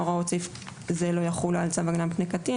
"הוראות סעיף זה לא יחולו על צו הגנה מפני קטין",